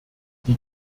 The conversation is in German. die